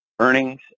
earnings